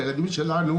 כי הילדים שלנו